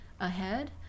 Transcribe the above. ahead